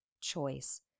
choice